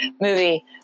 movie